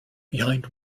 behind